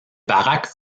baraques